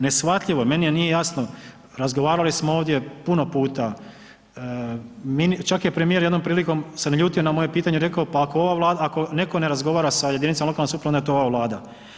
Neshvatljivo je, meni nije jasno, razgovarali smo ovdje puno puta, čak je premijer jednom prilikom se naljutio na moje pitanje, rekao ako ova Vlada, ako netko ne razgovara sa jedinicama lokalne samouprave onda je to ova Vlada.